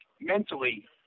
Mentally